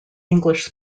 english